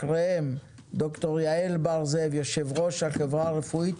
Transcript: אחריהם ד"ר יעל בר זאב יו"ר החברה הרפואית